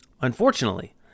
Unfortunately